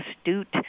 astute